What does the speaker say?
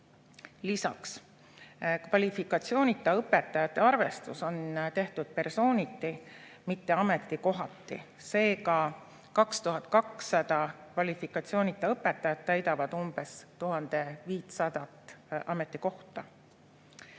Lisaks, kvalifikatsioonita õpetajate arvestus on tehtud persooniti, mitte ametikohati, seega 2200 kvalifikatsioonita õpetajat täidavad umbes 1500 ametikohta.